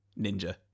ninja